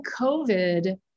COVID